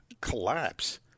collapse